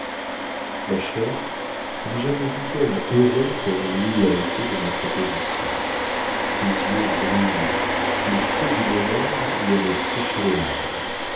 ma chère je n'ai jamais vu d'homme heureux comme louis l'a été de ma proposition ses yeux brillaient le feu du bonheur y avait séché les larmes